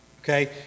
okay